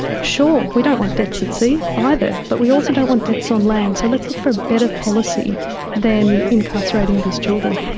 sure, we don't want deaths at sea either, but we also don't want deaths on land, so let's look for a better policy than incarcerating these children.